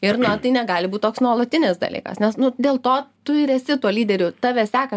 ir tai negali būt toks nuolatinis dalykas nes nu dėl to tu ir esi tuo lyderiu tave seka